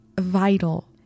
vital